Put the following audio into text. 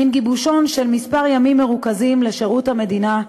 מין גיבושון של כמה ימים מרוכזים, לשירות המדינה,